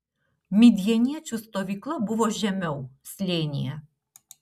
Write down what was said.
midjaniečių stovykla buvo žemiau slėnyje